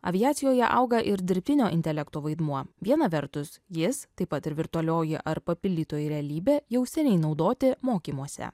aviacijoje auga ir dirbtinio intelekto vaidmuo viena vertus jis taip pat ir virtualioji ar papildytoji realybė jau seniai naudoti mokymuose